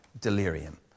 delirium